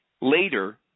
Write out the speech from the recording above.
Later